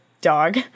dog